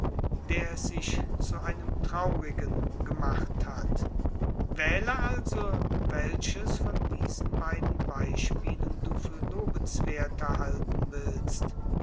der es sich zu einem traurigen gemacht hat wähle also welches von diesen beiden beispielen du für lobenswerther halten willst